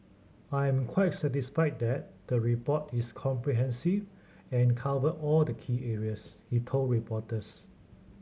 I am quite satisfied that the report is comprehensive and covered all the key areas he told reporters